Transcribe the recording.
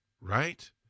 right